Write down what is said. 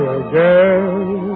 again